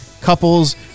couples